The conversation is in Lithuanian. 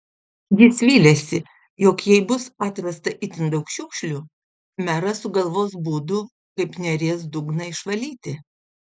jis vylėsi jog jei bus atrasta itin daug šiukšlių meras sugalvos būdų kaip neries dugną išvalyti